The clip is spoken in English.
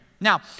Now